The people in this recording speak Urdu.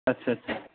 اچھا اچھا